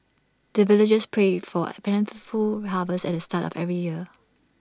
the villagers pray for A plentiful harvest at the start of every year